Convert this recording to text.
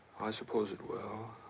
i suppose it will.